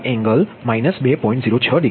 06 degree છે